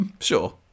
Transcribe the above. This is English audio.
Sure